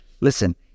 Listen